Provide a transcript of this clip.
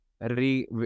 re